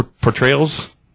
portrayals